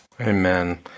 Amen